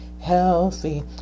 healthy